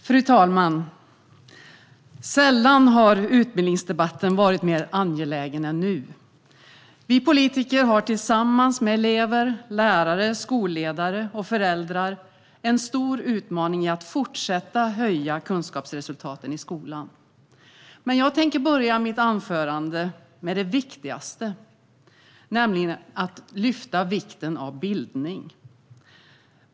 Fru talman! Sällan har en utbildningsdebatt varit mer angelägen än nu. Vi politiker har tillsammans med elever, lärare, skolledare och föräldrar en stor utmaning i att fortsätta höja kunskapsresultaten i skolan. Men jag tänker börja mitt anförande med det viktigaste, nämligen att lyfta vikten av bildning.